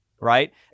right